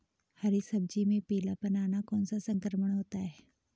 हरी सब्जी में पीलापन आना कौन सा संक्रमण होता है?